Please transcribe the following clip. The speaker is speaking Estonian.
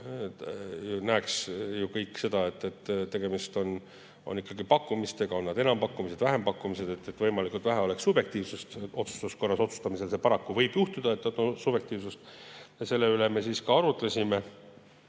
näeks ju kõik seda, et tegemist on ikkagi pakkumistega – on need enampakkumised või vähempakkumised –, et võimalikult vähe oleks subjektiivsust. Otsustuskorras otsustamisel võib paraku juhtuda, et on subjektiivsust. Selle üle me arutlesime.